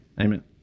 Amen